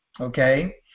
Okay